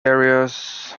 areas